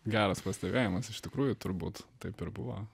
geras pastebėjimas iš tikrųjų turbūt taip ir buvo